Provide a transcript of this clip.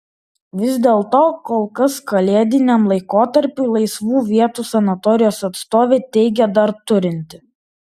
vis dėlto kol kas kalėdiniam laikotarpiui laisvų vietų sanatorijos atstovė teigė dar turinti